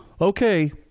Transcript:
Okay